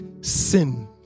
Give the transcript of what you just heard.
sin